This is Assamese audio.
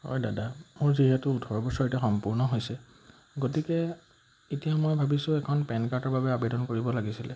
হয় দাদা মোৰ যিহেতু ওঠৰ বছৰ এতিয়া সম্পূৰ্ণ হৈছে গতিকে এতিয়া মই ভাবিছোঁ এখন পেন কাৰ্ডৰ বাবে আবেদন কৰিব লাগিছিলে